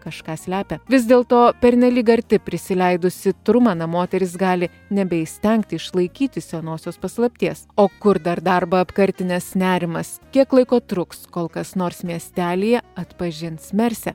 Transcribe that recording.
kažką slepia vis dėl to pernelyg arti prisileidusi trumaną moteris gali nebeįstengti išlaikyti senosios paslapties o kur dar darbą apkartinęs nerimas kiek laiko truks kol kas nors miestelyje atpažins mersę